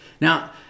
Now